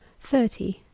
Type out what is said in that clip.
thirty